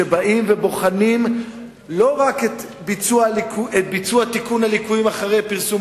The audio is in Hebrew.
שבאים ובוחנים את ביצוע תיקון הליקויים לא רק אחרי פרסום